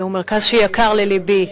זהו מרכז שיקר ללבי,